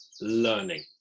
learning